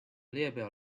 列表